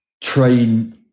train